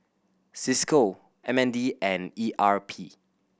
Cisco M N D and E R P